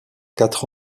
quatre